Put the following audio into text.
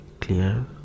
clear